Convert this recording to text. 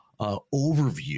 overview